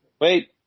wait